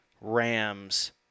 Rams